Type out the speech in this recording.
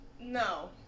no